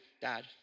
dad